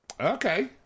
Okay